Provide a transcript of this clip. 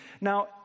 Now